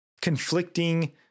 conflicting